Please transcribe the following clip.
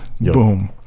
boom